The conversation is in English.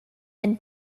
than